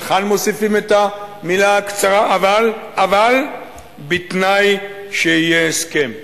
וכאן מוסיפים את המלה הקצרה: "אבל" אבל בתנאי שיהיה הסכם.